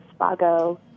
Spago